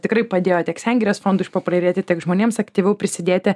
tikrai padėjo tiek sengirės fondui išpopuliarėti tiek žmonėms aktyviau prisidėti